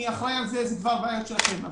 זו כבר בעיה שלכם,